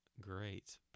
great